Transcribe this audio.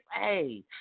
Hey